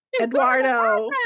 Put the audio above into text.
Eduardo